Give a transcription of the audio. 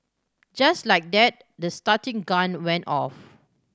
just like that the starting gun went off